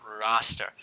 roster